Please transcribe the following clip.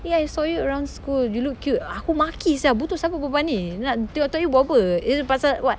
eh I saw you around school you look cute aku maki sia buto siapa perempuan ni dia nak tengok-tengok you buat apa dia pasal what